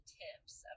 tips